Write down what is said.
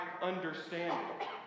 understanding